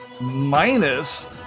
minus